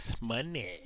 money